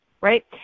right